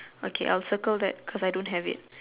okay I'll circle that because I don't have it